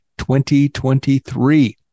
2023